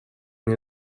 nie